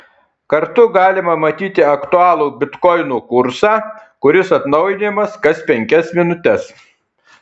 kartu galima matyti aktualų bitkoino kursą kuris atnaujinamas kas penkias minutes